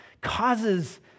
causes